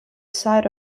site